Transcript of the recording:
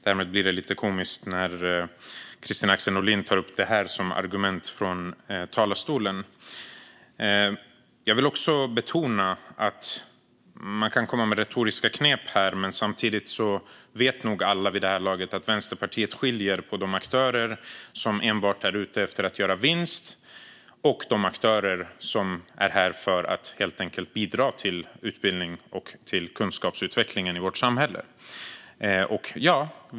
Därmed blir det lite komiskt när Kristina Axén Olin tar upp detta som ett argument från talarstolen. Man kan komma med retoriska knep här, men samtidigt vet nog alla vid det här laget att Vänsterpartiet skiljer på de aktörer som enbart är ute efter att göra vinst och de aktörer som är här för att helt enkelt bidra till utbildning och kunskapsutveckling i vårt samhälle.